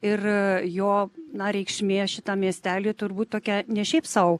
ir jo na reikšmės šitam miestelyje turbūt tokia ne šiaip sau